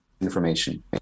information